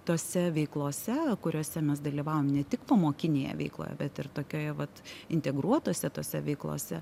tose veiklose kuriose mes dalyvavom ne tik pamokinėje veikloje bet ir tokioje vat integruotose tose veiklose